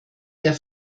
der